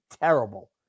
terrible